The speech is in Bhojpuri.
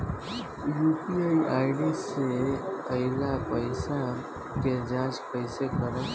यू.पी.आई से आइल पईसा के जाँच कइसे करब?